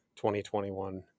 2021